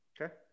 Okay